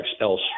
else